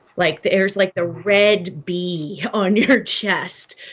like, there's, like, the red b on your chest.